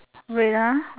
wait ah